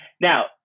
Now